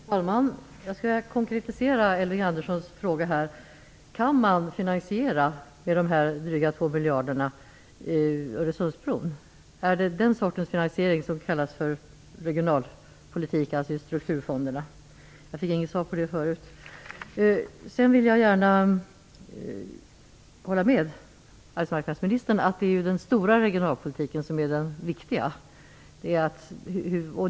Fru talman! Jag skall konkretisera Elving Anderssons fråga. Kan man med dessa dryga 2 miljarder finansiera Öresundsbron? Är det den sortens finansiering som kallas för regionalpolitik när det gäller sturkturfonderna? Jag fick inte något svar på det förut. Sedan vill jag gärna hålla med arbetsmarknadsministern om att det är den stora regionalpolitiken som är viktig.